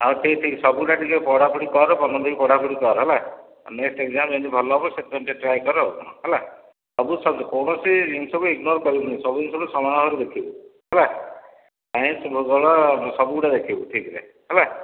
ହଉ ଠିକ୍ ଠିକ୍ ସବୁଗୁଡ଼ା ଟିକିଏ ପଢ଼ା ପଢ଼ି କର ମନ ଦେଇକି ପଢ଼ା ପଢ଼ି କର ହେଲା ନେକ୍ସଟ୍ ଏକ୍ସାମ୍ ଯେମିତି ଭଲ ହେବ ସେଥିପାଇଁ ଟିକିଏ ଟ୍ରାଏ କର ଆଉ ହେଲା ସବୁ ସବ୍ଜେକ୍ଟ କୌଣସି ଜିନିଷକୁ ଇଗ୍ନୋର୍ କରିବୁନି ସବୁ ଜିନିଷକୁ ସମାନ ଭାବରେ ଦେଖିବୁ ହେଲା ସାଇନ୍ସ ଭୂଗୋଳ ସବୁଗୁଡ଼ା ଦେଖିବୁ ଠିକ୍ରେ ହେଲା